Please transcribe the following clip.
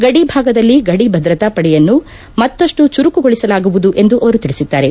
ಗಡಿ ಭಾಗದಲ್ಲಿ ಗಡಿ ಭದ್ರತಾ ಪಡೆಯನ್ನು ಮತ್ತಪ್ಲು ಚುರುಕುಗೊಳಿಸಲಾಗುವುದು ಎಂದು ಅವರು ತಿಳಿಸಿದ್ದಾರೆ